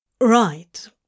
Right